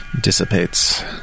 Dissipates